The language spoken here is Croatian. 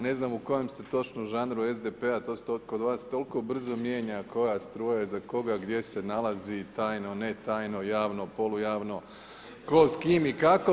Ne znam u kojem ste točno žanru SDP-a, to se kod vas toliko brzo mijenja, koja struja je za koga, gdje se nalazi, tajno, ne tajno, javno, polu javno, tko s kime i kako.